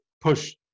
push